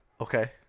Okay